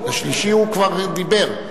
השלישי הוא כבר דיבר.